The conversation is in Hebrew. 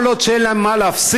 כל עוד אין להם מה להפסיד,